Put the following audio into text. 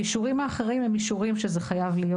האישורים האחרים הם אישורים שזה חייב להיות